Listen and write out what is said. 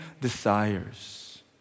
desires